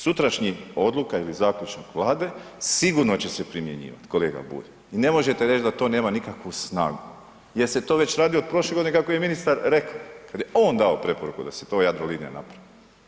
Sutrašnji odluka ili zaključak Vlade sigurno će se primjenjivati, kolega Bulj i ne možete to reći da to nema nikakvu snagu jer se to već radi od prošle godine kako je ministar rekao, kad je on dao preporuku da se to Jadrolinija napravi.